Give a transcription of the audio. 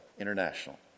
international